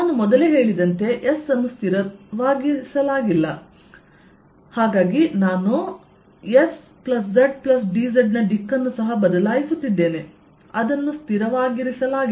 ನಾನು ಮೊದಲೇ ಹೇಳಿದಂತೆ S ಅನ್ನು ಸ್ಥಿರವಾಗಿಸಲಾಗಿಲ್ಲ ಆದ್ದರಿಂದ ನಾನು Szdz ನ ದಿಕ್ಕನ್ನು ಸಹ ಬದಲಾಯಿಸುತ್ತಿದ್ದೇನೆ ಅದನ್ನು ಸ್ಥಿರವಾಗಿರಿಸಲಾಗಿದೆ